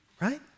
right